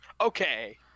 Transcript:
Okay